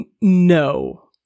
no